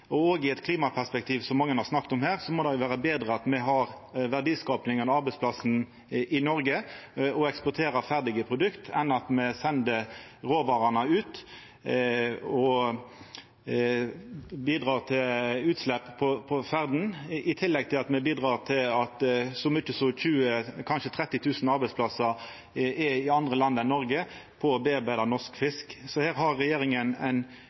i eit klimaperspektiv, som mange har snakka om, må det vera betre at me har verdiskapinga og arbeidsplassane i Noreg og eksporterer ferdige produkt, enn at me sender råvarene ut og bidreg til utslepp på ferda, i tillegg til at me bidreg til at så mange som kanskje 20 000–30 000 arbeidsplassar for bearbeiding av norsk fisk ligg i andre land enn Noreg. Regjeringa har ei historisk stor moglegheit til å bruka dei forhandlingane som ein